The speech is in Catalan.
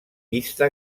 vista